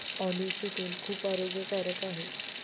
ऑलिव्हचे तेल खूप आरोग्यकारक आहे